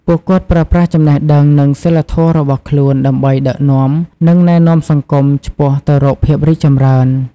ពួកគាត់ប្រើប្រាស់ចំណេះដឹង និងសីលធម៌របស់ខ្លួនដើម្បីដឹកនាំ និងណែនាំសង្គមឆ្ពោះទៅរកភាពរីកចម្រើន។